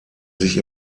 sich